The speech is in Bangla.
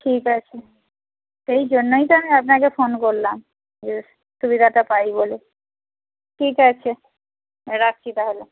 ঠিক আছে সেই জন্যই তো আমি আপনাকে ফোন করলাম সুবিধাটা পাই বলে ঠিক আছে রাখি তাহলে